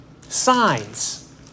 Signs